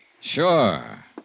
Sure